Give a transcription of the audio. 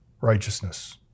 righteousness